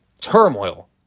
turmoil